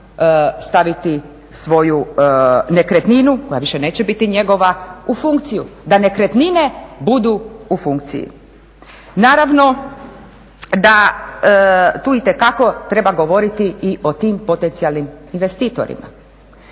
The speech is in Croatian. način staviti svoju nekretninu, koja više neće biti njegova, u funkciju. Da nekretnine budu u funkciji. Naravno da tu itekako treba govoriti i o tim potencijalnim investitorima.